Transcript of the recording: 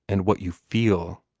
and what you feel.